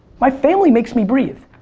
my family makes me breathe.